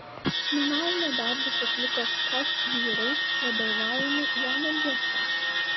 minavimo darbus atliko skat vyrai vadovaujami jono gečo